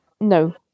no